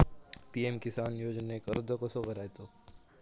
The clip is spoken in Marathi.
पी.एम किसान योजनेक अर्ज कसो करायचो?